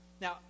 Now